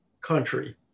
country